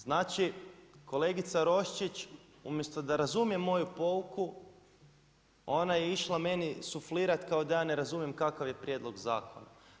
Znači kolegica Roščić umjesto da razumije moju pouku ona je išla meni suflirat kao da ja ne razumijem kakav je prijedlog zakona.